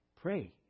pray